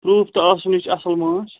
proof تہٕ آسُن یہِ چھِ اَصٕل ماچھ